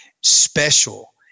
special